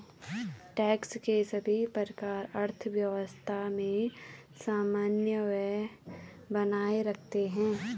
tax के सभी प्रकार अर्थव्यवस्था में समन्वय बनाए रखते हैं